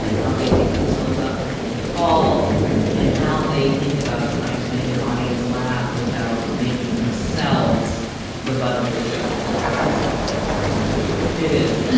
how they pick themselves up when they fall and how they think about trying to make an audience laugh without making themselves the butt of the joke, if that makes sense that's hard to do it is